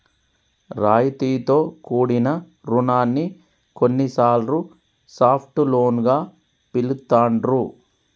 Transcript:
రాయితీతో కూడిన రుణాన్ని కొన్నిసార్లు సాఫ్ట్ లోన్ గా పిలుత్తాండ్రు